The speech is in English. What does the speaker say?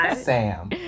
Sam